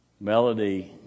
Melody